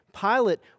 Pilate